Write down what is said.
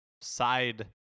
side